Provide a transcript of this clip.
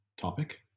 Topic